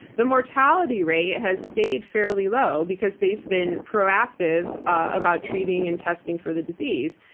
the mortality rate has stayed fairly low because they've been proactive about treating and testing for the disease.